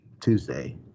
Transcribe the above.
Tuesday